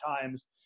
times